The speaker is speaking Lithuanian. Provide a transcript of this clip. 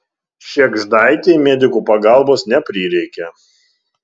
šėgždaitei medikų pagalbos neprireikė